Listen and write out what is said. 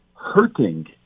hurting